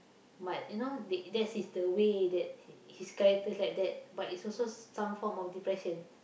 but you know they that is the way that his character is like that but is also some form of depression